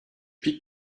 pics